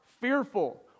fearful